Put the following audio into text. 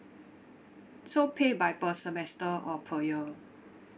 so pay by per semester or per year